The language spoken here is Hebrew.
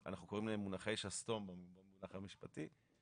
לא כתוב שירותי קול סנטר.